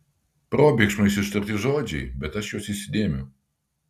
probėgšmais ištarti žodžiai bet aš juos įsidėmiu